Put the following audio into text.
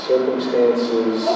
circumstances